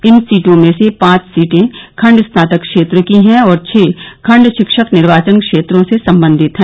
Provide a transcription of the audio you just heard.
इन सीटों में से पांच सीटें खंड स्नातक क्षेत्र की है और छह खंड शिक्षक निर्वाचन क्षेत्रों से संबंधित है